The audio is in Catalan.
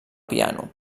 piano